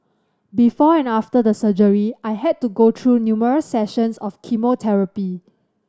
before and after the surgery I had to go through numerous sessions of chemotherapy